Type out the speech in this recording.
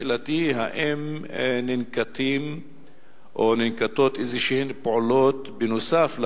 שאלתי: האם ננקטות איזה פעולות נוסף על